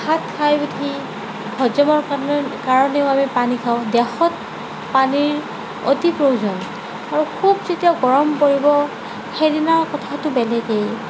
ভাত খাই উঠি হজমৰ কাৰণেও আমি পানী খাওঁ দেহত পানীৰ অতি প্ৰয়োজন আৰু খুব যেতিয়া গৰম পৰিব সেইদিনাৰ কথাতো বেলেগেই